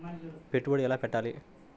పెట్టుబడి ఎలా పెట్టాలి?